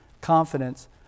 confidence